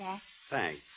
Thanks